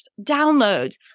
downloads